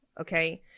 okay